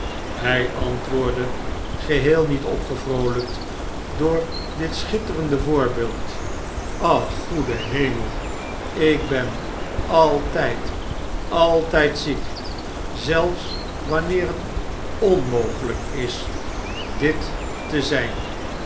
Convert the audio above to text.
hjj antwoordde geheel niet opgevroolijkt door dit schitterende voorbeeld ach goedehemel ik ben altjjd altgd ziek zelfs wanneer het ownogelk is dit te zp